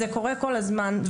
זה קורה כל הזמן,